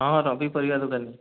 ହଁ ରବି ପରିବା ଦୋକାନୀ